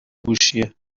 هوشیه